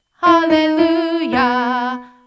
Hallelujah